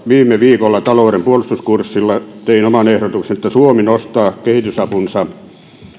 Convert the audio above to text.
viime viikolla taloudenpuolustuskurssilla tein oman ehdotukseni että suomi nostaa kehitysapunsa